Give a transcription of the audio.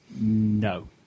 No